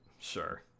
Sure